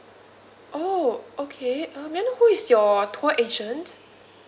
oh okay uh may I know who is your tour agent